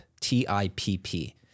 T-I-P-P